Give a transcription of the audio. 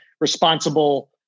responsible